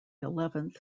eleventh